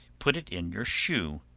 put it in your shoe,